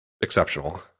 exceptional